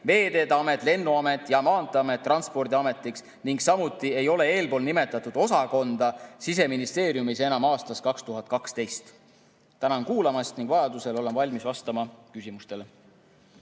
veeteede amet, lennuamet ja maanteeamet Transpordiametiks ning samuti ei ole eespool nimetatud osakonda Siseministeeriumis enam aastast 2012. Tänan kuulamast ning vajadusel olen valmis vastama küsimustele.